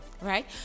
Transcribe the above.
right